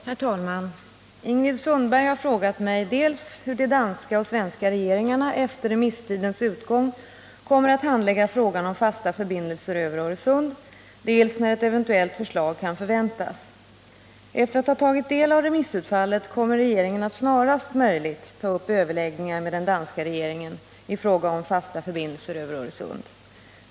Herr talman! Ingrid Sundberg har frågat mig dels hur de danska och svenska regeringarna efter remisstidens utgång kommer att handlägga frågan om fasta förbindelser över Öresund, dels när ett eventuellt förslag kan förväntas. Efter att ha tagit del av remissutfallet kommer regeringen att snarast möjligt ta upp överläggningar med den danska regeringen i frågan om fasta förbindelser över Öresund.